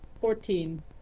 Fourteen